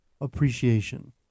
appreciation